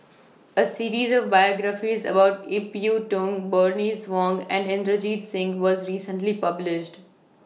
A series of biographies about Ip Yiu Tung Bernice Wong and Inderjit Singh was recently published